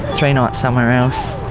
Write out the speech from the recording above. three nights somewhere else.